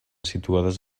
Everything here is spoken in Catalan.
situades